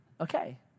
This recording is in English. Okay